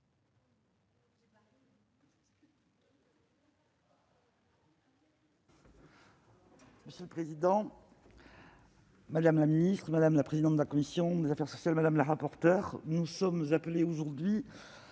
Monsieur le président, madame la ministre, madame la présidente de la commission des affaires sociales, madame la rapporteure, nous sommes appelés aujourd'hui